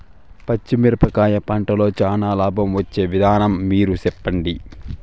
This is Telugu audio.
పచ్చిమిరపకాయ పంటలో చానా లాభం వచ్చే విత్తనం పేరు చెప్పండి?